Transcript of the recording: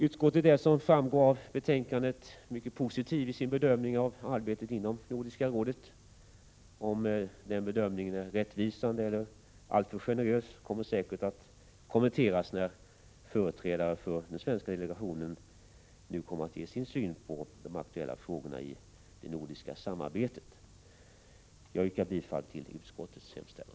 Utskottet är som framgår av betänkandet mycket positivt i sin bedömning av arbetet inom Nordiska rådet. Om den bedömningen är rättvisande eller alltför generös kommer säkert att kommenteras när företrädare för den svenska delegationen nu kommer att ge sin syn på de aktuella frågorna i det nordiska samarbetet. Jag yrkar bifall till utskottets hemställan.